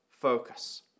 focus